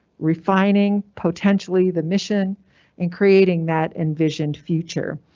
refining, potentially the mission and creating that envisioned future.